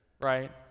right